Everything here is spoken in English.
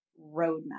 roadmap